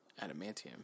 adamantium